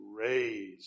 raised